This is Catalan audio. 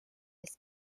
les